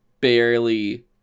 barely